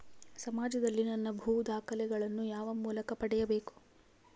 ಸಮಾಜದಲ್ಲಿ ನನ್ನ ಭೂ ದಾಖಲೆಗಳನ್ನು ಯಾವ ಮೂಲಕ ಪಡೆಯಬೇಕು?